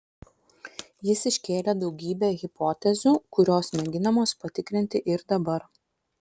jis iškėlė daugybę hipotezių kurios mėginamos patikrinti ir dabar